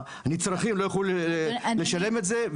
הנצרכים לא יוכלו לשלם את זה,